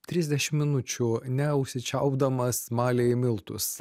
trisdešim minučių neužsičiaupdamas malė į miltus